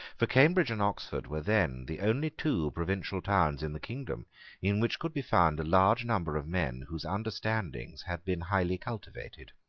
for cambridge and oxford were then the only two provincial towns in the kingdom in which could be found a large number of men whose understandings had been highly cultivated.